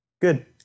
Good